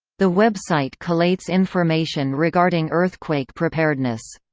the website collates information regarding earthquake preparedness.